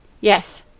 Yes